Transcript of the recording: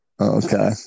Okay